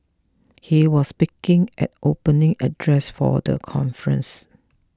he was speaking at opening address for the conference